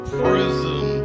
prison